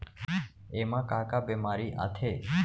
एमा का का बेमारी आथे?